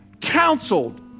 counseled